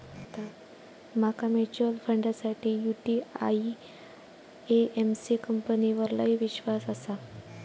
माका म्यूचुअल फंडासाठी UTI AMC कंपनीवर लय ईश्वास आसा